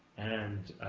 and,